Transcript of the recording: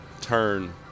turn